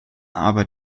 aber